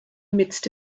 midst